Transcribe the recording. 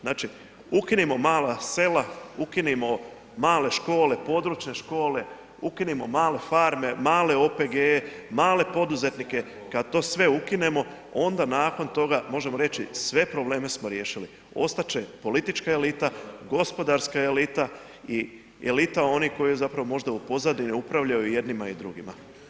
Znači ukinimo mala sela, ukinimo male škole, područne škole, ukinimo male farme, male OPG-e, male poduzetnike, kada to sve ukinemo onda nakon toga možemo reći sve probleme smo riješili, ostati će politička elita, gospodarska elita i elita onih koji zapravo možda u pozadini upravljaju i jednima i drugima.